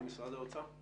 במשרד האוצר,